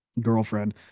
girlfriend